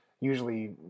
usually